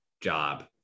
job